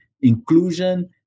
inclusion